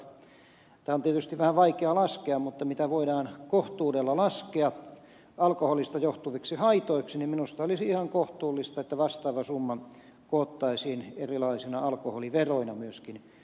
tätä on tietysti vähän vaikea laskea mutta mitä voidaan kohtuudella laskea alkoholista johtuviksihaitoiksi ne minusta olisi ihan kohtuullista että niitä haittoja jotka voidaan kohtuudella laskea alkoholista johtuviksi vastaava summa koottaisiin erilaisina alkoholiveroina myöskin yhteiskunnalle